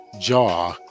jaw